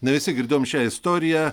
ne visi girdėjom šią istoriją